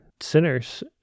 sinners